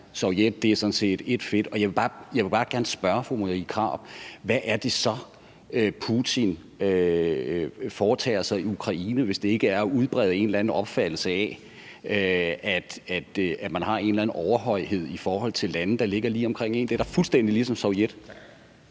Sovjetunionen, det er sådan set ét fedt. Jeg vil bare gerne spørge fru Marie Krarup, hvad det så er, Putin foretager sig i Ukraine, hvis det ikke er at udbrede en eller anden opfattelse af, at man har en eller anden overhøjhed i forhold til lande, der ligger lige omkring en. Det er da fuldstændig ligesom Sovjetunionen.